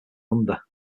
under